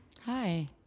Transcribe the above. Hi